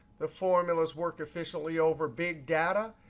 the formulas work efficiently over big data.